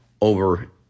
over